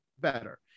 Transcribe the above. better